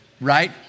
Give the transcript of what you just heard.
right